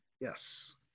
Yes